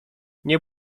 nie